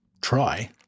try